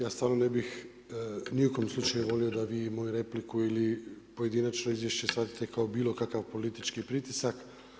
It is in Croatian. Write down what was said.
Ja stvarno ne bih ni u kom slučaju volio da vi moju repliku ili pojedinačno izvješće shvatite kao bilo kakav politički pritisak.